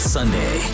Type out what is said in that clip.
Sunday